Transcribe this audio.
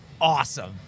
awesome